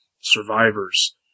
survivors